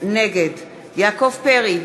נגד יעקב פרי,